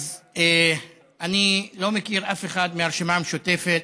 אני לא מכיר אף אחד מהרשימה המשותפת